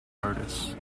artists